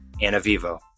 Anavivo